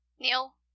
Neil